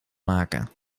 maken